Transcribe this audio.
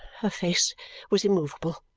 her face was immovable.